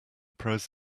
pros